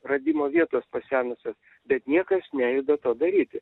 radimo vietos pasenusios bet niekas nejuda to daryti